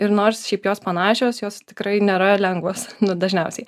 ir nors šiaip jos panašios jos tikrai nėra lengvos nu dažniausiai